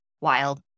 wild